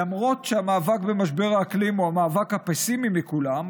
למרות שהמאבק במשבר האקלים הוא המאבק הפסימי מכולם,